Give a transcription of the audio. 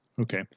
okay